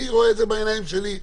אני רואה את זה בעיניים שלי.